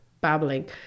babbling